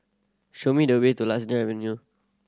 show me the way to Lasia Avenue